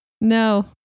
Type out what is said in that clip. No